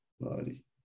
body